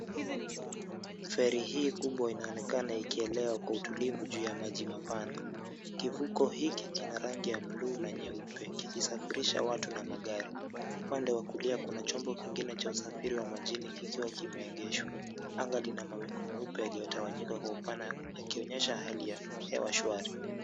Feri hii kubwa inaonekana ikielea kwa utulivu juu ya maji mapana. Kivuko hiki kina rangi ya buluu na nyeupe kikisafirisha watu na magari. Upande wa kulia kuna chombo kingine cha usafiri wa majini kikiwa kimeegeshwa. Anga lina mawingu meupe lilotawanyika kwa upana yakionyesha hali ya hewa shwari.